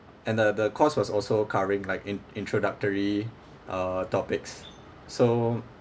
and the the course was also covering like in~ introductory uh topics so